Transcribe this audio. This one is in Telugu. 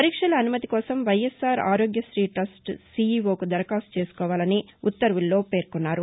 పరీక్షల అనుమతి కోసం వైఎస్సార్ ఆరోగ్యశ్రీ ట్రస్ట్ సీఈవోకు దరఖాస్తు చేసుకోవాలని ఉత్తర్వుల్లో పేర్కొన్నారు